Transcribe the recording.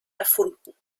erfunden